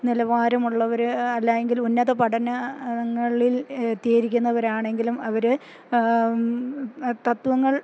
നിലവാരമുള്ളവര് അല്ലായെങ്കിൽ ഉന്നത പഠനങ്ങളിൽ എത്തിയിരിക്കുന്നവരാണെങ്കിലും അവര് തത്ത്വങ്ങൾ